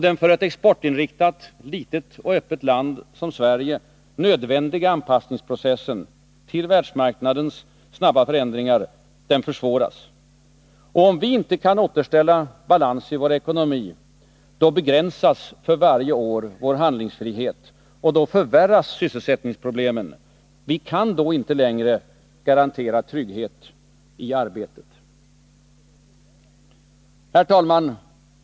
Den för ett exportinriktat, litet och öppet land som Sverige nödvändiga anpassningsprocessen till världsmarknadens snabba förändringar försvåras. Och om vi inte kan återställa balans i vår ekonomi, då begränsas för varje år vår handlingsfrihet. Och då förvärras sysselsättningsproblemen. Vi kan då inte längre garantera trygghet i arbetet. Herr talman!